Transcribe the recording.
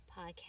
podcast